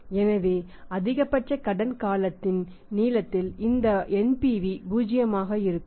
எனவே அதிகபட்ச கடன் காலத்தின் நீளத்தில் இந்த NPV பூஜ்ஜியமாக இருக்க வேண்டும்